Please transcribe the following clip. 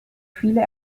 viele